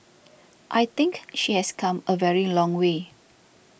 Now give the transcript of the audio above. I think she has come a very long way